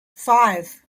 five